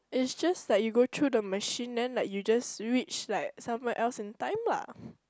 is just like you go through the machine then like you just reach like somewhere else in time lah